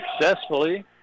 successfully